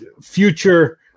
future